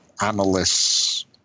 analysts